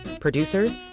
producers